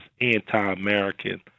anti-American